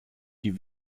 die